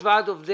גפני,